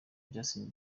justin